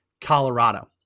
Colorado